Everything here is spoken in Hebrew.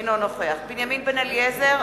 אינו נוכח בנימין בן-אליעזר,